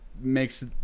makes